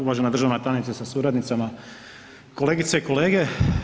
Uvažena državna tajnice sa suradnicama, kolegice i kolege.